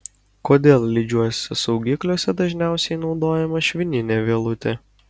kodėl lydžiuosiuose saugikliuose dažniausiai naudojama švininė vielutė